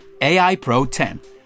AIPRO10